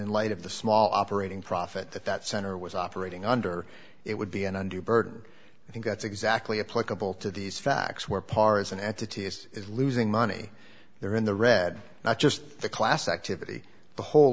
in light of the small operating profit that that center was operating under it would be an undue burden i think that's exactly a pleasurable to these facts where par as an entity is losing money they're in the red not just the class activity the whole